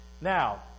Now